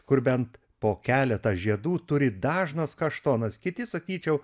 kur bent po keletą žiedų turi dažnas kaštonas kiti sakyčiau